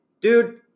Dude